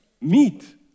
Meet